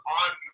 on